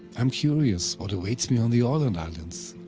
am curious, what awaits me on the aland islands.